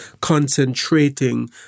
concentrating